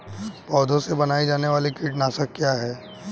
पौधों से बनाई जाने वाली कीटनाशक क्या है?